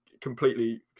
completely